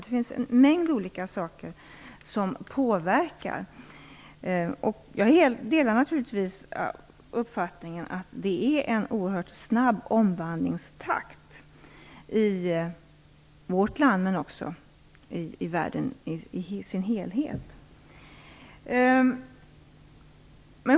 Det finns en mängd olika saker som påverkar. Jag delar naturligtvis uppfattningen att det är en oerhört snabb omvandlingstakt i vårt land, men också i världen i dess helhet.